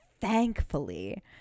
thankfully